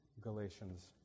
Galatians